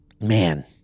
Man